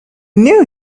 knew